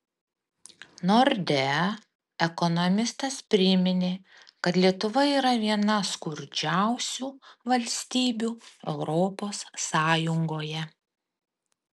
nordea ekonomistas priminė kad lietuva yra viena skurdžiausių valstybių europos sąjungoje